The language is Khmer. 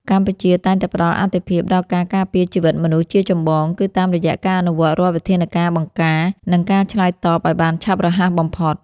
កម្ពុជាតែងតែផ្តល់អាទិភាពដល់ការការពារជីវិតមនុស្សជាចម្បង គឺតាមរយៈការអនុវត្តរាល់វិធានការបង្ការ និងការឆ្លើយតបឱ្យបានឆាប់រហ័សបំផុត។